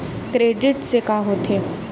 Credit से का होथे?